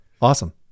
Awesome